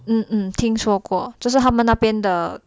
hmm hmm 听说过就是他们那边的